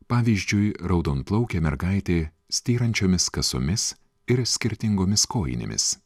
pavyzdžiui raudonplaukė mergaitė styrančiomis kasomis ir skirtingomis kojinėmis